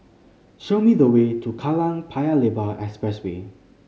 show me the way to Kallang Paya Lebar Expressway